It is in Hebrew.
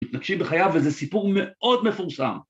להקשיב בחייו איזה סיפור מאוד מפורסם